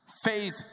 Faith